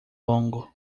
longo